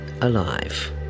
alive